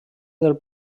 del